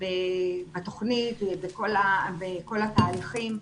בתוכנית בכל התהליכים.